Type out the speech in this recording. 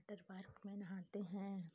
water park में नहाते हैं